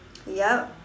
yup